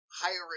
hiring